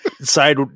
side